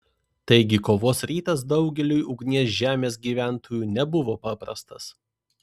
taigi kovos rytas daugeliui ugnies žemės gyventojų nebuvo paprastas